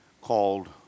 called